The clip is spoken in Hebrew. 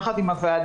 יחד עם הוועדה,